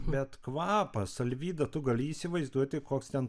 bet kvapas alvyda tu gali įsivaizduoti koks ten